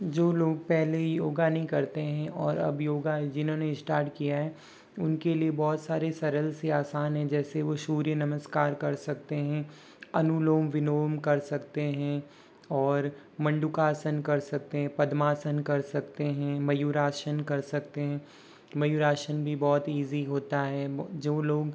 जो लोग पहले योगा नहीं करते हैं और अब योगा जिन्होंने स्टार्ट किया है उनके लिए बहुत सारे सरल से आसन हैं जैसे वो सूर्य नमस्कार कर सकते हैं अनुलोम विलोम कर सकते हैं और मंडूकासन कर सकते हैं पद्मासन कर सकते हैं मयूरासन कर सकते हैं मयूरासन भी बहुत ईज़ी होता है जो लोग